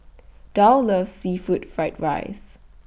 Dow loves Seafood Fried Rice